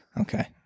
Okay